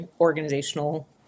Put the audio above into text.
organizational